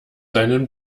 deinen